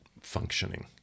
functioning